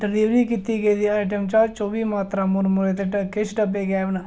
deliver कीती गेदी आइटमें चा चौह्बी मात्रा मुरमुरे दे किश डब्बे गैब न